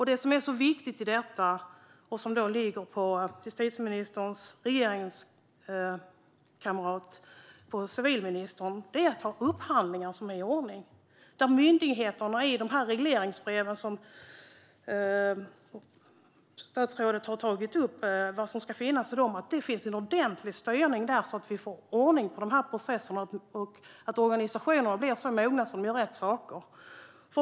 Det som är så viktigt i detta och som ligger på justitieministerns regeringskamrat civilministern är att ha upphandlingar som är i ordning och att det finns en ordentlig styrning i myndigheternas regleringsbrev. Statsrådet tog upp vad som ska finnas i dem. Då kan vi få ordning på dessa processer, och organisationerna kan bli så mogna att de gör rätt saker.